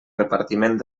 repartiment